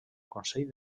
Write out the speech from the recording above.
consell